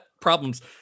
problems